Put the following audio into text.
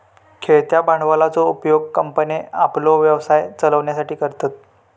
खेळत्या भांडवलाचो उपयोग कंपन्ये आपलो व्यवसाय चलवच्यासाठी करतत